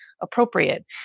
appropriate